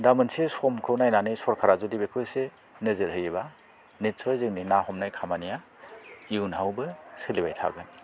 दा मोनसे समखौ नायनानै सरकारा जुदि बेखौ एसे नोजोर होयोबा निस्स'य जोंनि ना हमनाय खामानिया इयुनावबो सोलिबाय थागोन